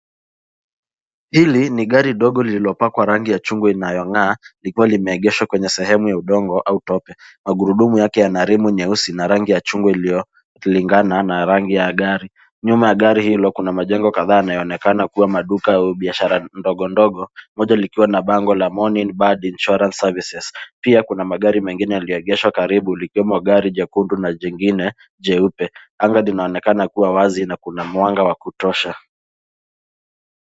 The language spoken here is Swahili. Hili ni gari dogo lililo pakwa rangi ya chungwa inayo ng'aa likiwa lime egeshwa kwenye sehemu ya udongo au tope, magurudumu yake yana rimu nyeusi na rangi ya chungwa iliyo lingina na rangi ya gari. Nyuma ya gari hilo kuna majengo kadhaa yanayo onekana kuwa maduka au biashara ndogo ndogo moja likiwa na bango la Morning Bad Insurance Services pia kuna magari mengine yaliyo egeshwa karibu likiwa gari jekundu na jengine jeupe. Anga lina onekana kuwa wazi na kuna mwanga wa kutosha.